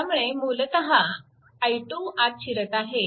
त्यामुळे मूलतः i2 आत शिरत आहे